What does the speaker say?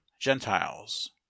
Gentiles